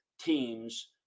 teams